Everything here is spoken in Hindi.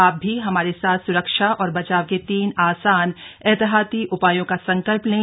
आप भी हमारे साथ सुरक्षा और बचाव के तीन आसान एहतियाती उपायों का संकल्प लें